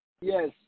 Yes